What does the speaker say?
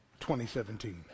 2017